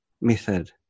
method